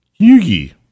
Yugi